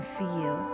feel